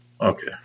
Okay